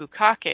bukake